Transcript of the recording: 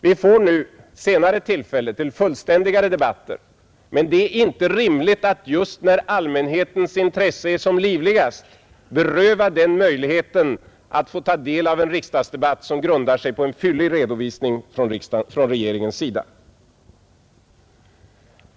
Vi får senare tillfälle till fullständigare debatter, men det är inte rimligt att just när allmänhetens intresse är som livligast beröva den möjligheten att ta del av en riksdagsdebatt som grundar sig på en fyllig redovisning från regeringens sida.